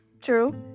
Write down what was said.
True